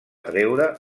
treure